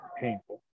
painful